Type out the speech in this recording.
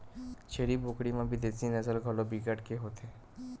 छेरी बोकरा म बिदेसी नसल घलो बिकट के होथे